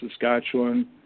Saskatchewan